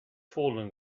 fallen